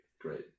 Great